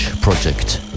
Project